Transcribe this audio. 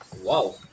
Wow